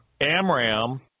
Amram